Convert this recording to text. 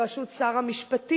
בראשות שר המשפטים,